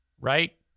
right